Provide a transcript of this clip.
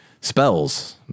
spells